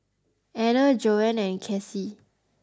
Anner Joan and Cassie